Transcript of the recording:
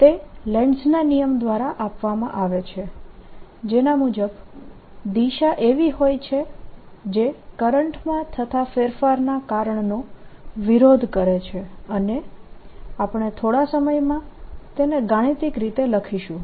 તે લેન્ઝના નિયમ Lenzs law દ્વારા આપવામાં આવે છે જેના મુજબ દિશા એવી હોય છે જે કરંટમાં થતા ફેરફારના કારણનો વિરોધ કરે છે અને આપણે થોડા સમયમાં તેને ગાણિતિક રીતે લખીશું